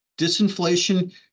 disinflation